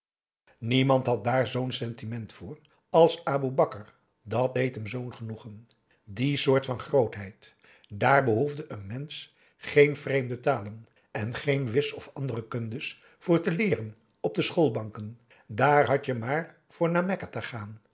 niemand had daar zoo'n sentiment voor als aboe bakar dat deed hem zoo'n genoegen die soort van grootheid dààr behoefde n mensch geen vreemde talen en geen wis of andere kunde's voor te leeren op de schoolbanken dààr had je maar voor naar mekka te gaan